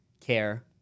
care